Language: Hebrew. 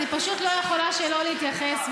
אני פשוט לא יכולה שלא להתייחס,